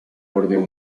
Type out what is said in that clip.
orden